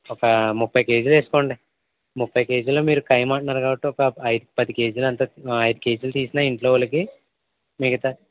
ఒక ముప్పై కేజీలు ఏసుకోండి ముప్పై కేజీలు మీరు ఖైమా అంటున్నారు కాబట్టి పది కేజీలు అంత ఐదు కేజీలు తీసినా ఇంట్లో వాళ్ళకి మిగతా